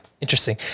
Interesting